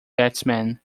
batsman